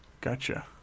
gotcha